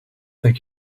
think